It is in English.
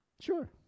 Sure